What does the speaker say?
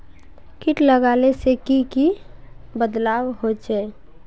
किट लगाले से की की बदलाव होचए?